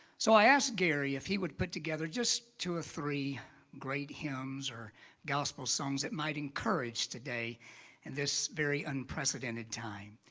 so i asked gary if he would put together just two or three great hymns or gospel songs that might encourage today in this very unprecedented time.